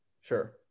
sure